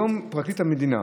היום פרקליט המדינה